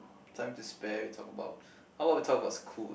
time to spare we talk about how about we talk about school